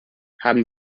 haben